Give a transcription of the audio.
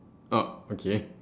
oh okay